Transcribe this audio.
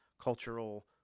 cultural